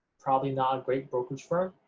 probably not a great brokerage firm.